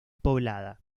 poblada